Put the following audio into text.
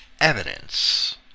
evidence